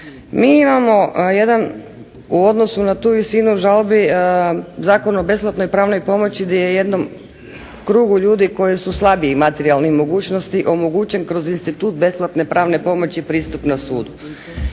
Mi imamo jedan u odnosu na tu visinu žalbi Zakon o besplatnoj pravnoj pomoći gdje je u jednom krugu ljudi koji su slabijih materijalnih mogućnosti omogućen kroz institut besplatne pravne pomoći pristup na sudu.